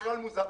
כי?